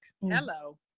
Hello